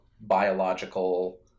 biological